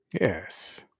Yes